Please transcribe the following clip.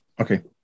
Okay